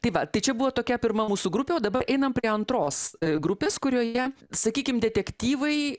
tai va tai čia buvo tokia pirma mūsų grupėo dabar einam prie antros grupės kurioje sakykim detektyvai